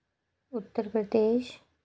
Uttar Pradesh